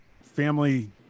family